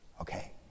Okay